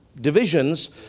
divisions